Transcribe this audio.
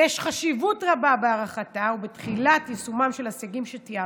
ויש חשיבות רבה בהארכתה ובתחילת יישומם של הסייגים שתיארתי,